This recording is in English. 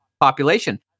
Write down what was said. population